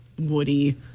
Woody